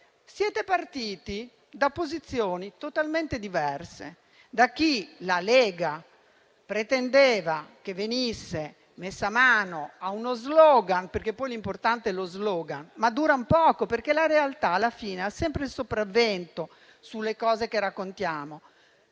siete partiti da posizioni totalmente diverse: c'era chi (la Lega) pretendeva che venisse messo mano a uno *slogan*, perché poi l'importante è lo *slogan*. Questi, però, durano poco, perché la realtà alla fine ha sempre il sopravvento sulle cose che raccontiamo.